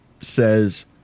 says